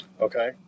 Okay